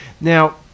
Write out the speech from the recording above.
Now